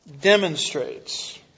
demonstrates